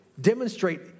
demonstrate